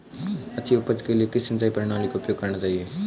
अच्छी उपज के लिए किस सिंचाई प्रणाली का उपयोग करना चाहिए?